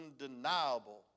undeniable